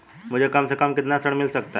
मुझे कम से कम कितना ऋण मिल सकता है?